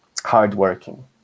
hardworking